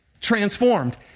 transformed